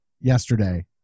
yesterday